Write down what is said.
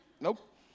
Nope